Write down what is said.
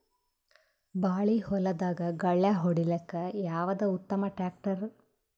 ಬಾಳಿ ಹೊಲದಾಗ ಗಳ್ಯಾ ಹೊಡಿಲಾಕ್ಕ ಯಾವದ ಉತ್ತಮ ಟ್ಯಾಕ್ಟರ್?